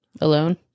alone